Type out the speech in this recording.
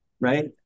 right